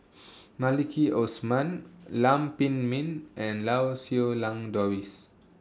Maliki Osman Lam Pin Min and Lau Siew Lang Doris